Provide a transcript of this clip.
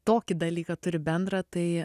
tokį dalyką turi bendrą tai